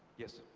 yes.